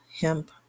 hemp